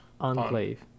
enclave